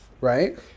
right